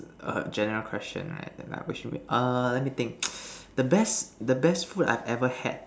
a general question right err let me think the best the best food I ever had